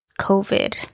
COVID